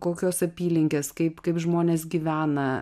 kokios apylinkės kaip kaip žmonės gyvena